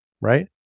right